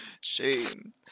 shame